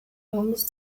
ambos